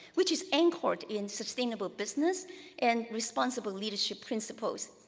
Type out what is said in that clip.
which is anchored in sustainable business and responsible leadership principles.